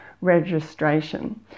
registration